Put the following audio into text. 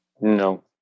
No